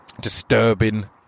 disturbing